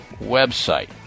website